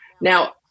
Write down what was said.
Now